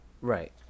Right